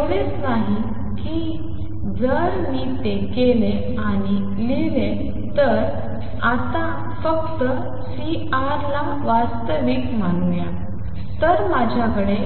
एवढेच नाही की जर मी ते केले आणि लिहिले तर आता फक्त C ला वास्तविक मानूया तर माझ्याकडे